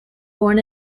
born